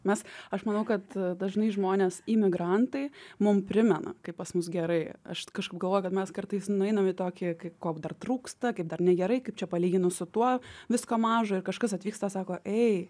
mes aš manau kad dažnai žmonės imigrantai mum primena kaip pas mus gerai aš kažkaip galvoju kad mes kartais nueinam į tokį kok dar trūksta kaip dar negerai kaip čia palyginus su tuo visko maža ir kažkas atvyksta sako ei